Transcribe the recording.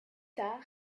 tard